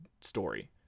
story